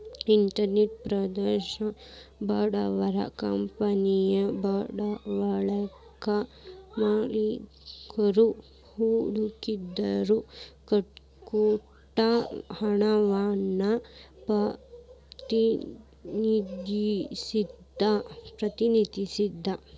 equity share ಬಂಡವಾಳ ಕಂಪನಿಯ ಬಂಡವಾಳಕ್ಕಾ ಮಾಲಿಕ್ರು ಹೂಡಿಕೆದಾರರು ಕೊಟ್ಟ ಹಣವನ್ನ ಪ್ರತಿನಿಧಿಸತ್ತ